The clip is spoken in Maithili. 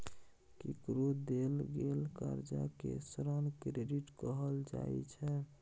केकरो देल गेल करजा केँ ऋण क्रेडिट कहल जाइ छै